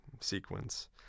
sequence